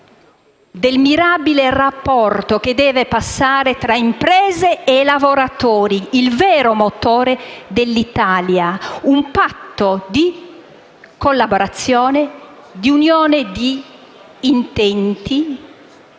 del mirabile rapporto che deve passare tra imprese e lavoratori, il vero motore dell'Italia: un patto di collaborazione di unione di intenti